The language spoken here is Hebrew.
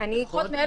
פחות מ-1,500.